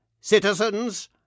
Citizens